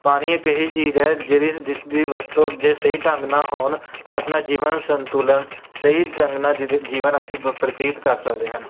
ਪਾਣੀ ਇੱਕ ਅਜਿਹੀ ਚੀਜ਼ ਹੈ ਜਿਹਦੇ ਜਿਸ ਦੀ ਵਰਤੋਂ ਜੇ ਸਹੀ ਢੰਗ ਨਾਲ ਹੋਣ 'ਤੇ ਆਪਣਾ ਜੀਵਨ ਸੰਤੁਲਨ ਸਹੀ ਢੰਗ ਨਾਲ ਜਜ ਜੀਵਨ ਅਸੀਂ ਬਤੀਤ ਕਰ ਸਕਦੇ ਹਨ